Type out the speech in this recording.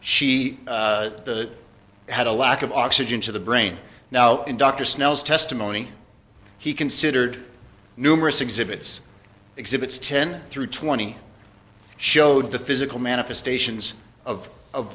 she had a lack of oxygen to the brain now and dr snell's testimony he considered numerous exhibits exhibits ten through twenty showed the physical manifestations of of